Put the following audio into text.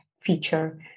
feature